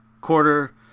quarter